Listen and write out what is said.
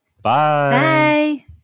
Bye